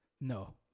No